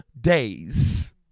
days